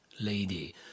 lady